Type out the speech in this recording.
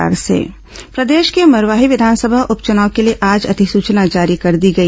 मरवाही उपचुनाव नामांकन प्रदेश के मरवाही विधानसभा उपचुनाव के लिए आज अधिसूचना जारी कर दी गई